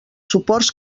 suports